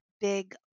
big